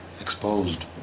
exposed